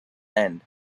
end